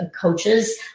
coaches